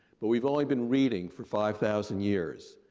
but we've only been reading for five thousand years,